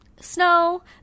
snow